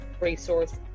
resource